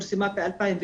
היא פורסמה ב-2009.